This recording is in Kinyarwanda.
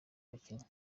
bakinnyi